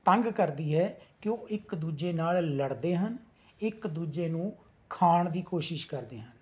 ਤੰਗ ਕਰਦੀ ਹੈ ਕਿ ਉਹ ਇੱਕ ਦੂਜੇ ਨਾਲ ਲੜਦੇ ਹਨ ਇੱਕ ਦੂਜੇ ਨੂੰ ਖਾਣ ਦੀ ਕੋਸ਼ਿਸ਼ ਕਰਦੇ ਹਨ